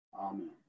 Amen